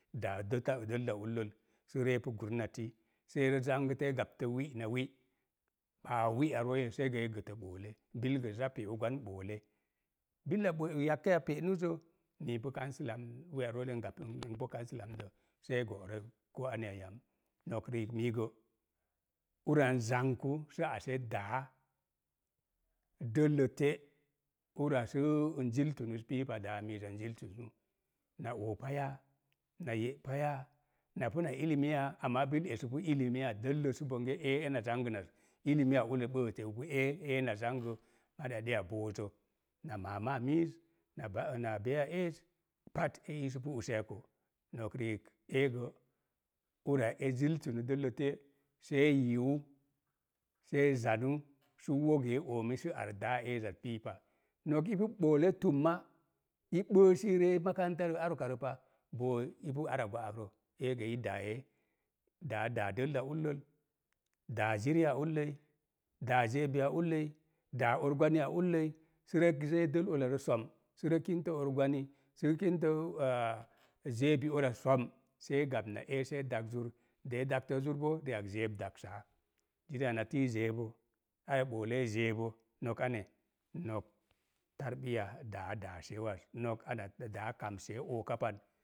Dá dəka dəlla ulləl sə reepu gurinati, see ree zangətəə, ee gabtə ne'na wi! wi'a rooi see gətə boke. Bil gə sə zaa pe'u gwan bille. Billa bol, pe'nuz zə, mii pu kansilamdə, wi'a roi n gaptən mii pu kansilamdə. See go'rə koo aniya yam. Nok riik, miigə, ura nzan ku sə ase daa dəllə te’ ura sə piipa, daa miiz zə n. Na oopayaa, ye'paya, napu na ilimiya, amaa bil esupu ilimi a dəlləz, sə bonge ee ena zangənaz. Ilimiya ulləz ɓəəteupu ee, ee na zango a boozə na miiz, na ba na beiya eez pat e iisupu useeko. Nok riik eego, ura e dəllə te, see yiu, see zamu, sə wogee oomi sə ar daa eezaz piipa. Nok ipu bolle tumma, i bəəa sii ree makaranta rə ar ukarə pa, boo ipu ara gwa'akrə. Eegə ida ee, da daa dəlla ulləl, dáá ziriya ulləi, dáá zeebiya ulləi, dáá or gwariya ulləi, sə reg ree dəl waro som sə ree kintə or gwani, sə ree kintə zeebi ura som see gab na ee, see daks zur. De e daktə zur boo, ri'ak zeeb dgsaa, ziriya natii, zeebə, aya bollei zabo, nok ane, nok daa dááseu waz. nok ana pita daa kamsee ookapan.